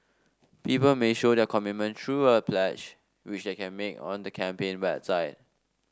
people may show their commitment through a pledge which they can make on the campaign website